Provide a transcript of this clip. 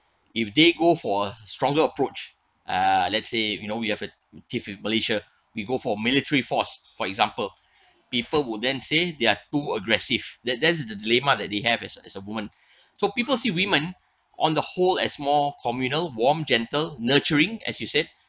if they go for a stronger approach uh let's say you know we have a teeth with malaysia we go for military force for example people would then say they're too aggressive that that's the lemah that they have as a as a woman so people see women on the whole as more communal warm gentle nurturing as you said